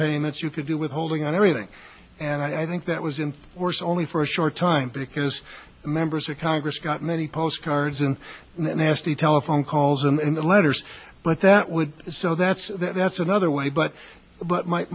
payments you could do with holding on everything and i think that was in or so only for a short time because members of congress got many postcards and nasty telephone calls and letters but that would so that's that's another way but but my